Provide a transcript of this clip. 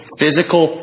physical